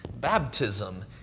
Baptism